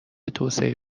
توسعه